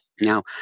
Now